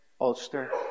Ulster